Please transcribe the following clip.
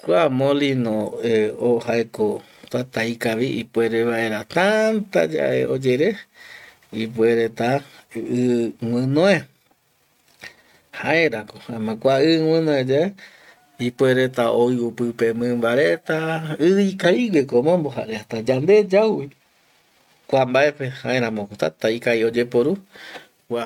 Kua molino eh jaeko täta ikavi ipuere vaera täta yae oyere ipuereta i guinoe jaerako, jaema kua i guinoe yae ipuereta oiu pipe mimba reta i ikavigueko omombo jare hasta yande yauvi kua mbaepe jaeramoko täta ikavi oyeporu kua